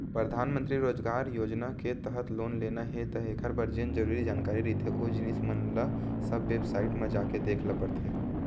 परधानमंतरी रोजगार योजना के तहत लोन लेना हे त एखर बर जेन जरुरी जानकारी रहिथे ओ जिनिस मन ल सब बेबसाईट म जाके देख ल परथे